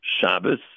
Shabbos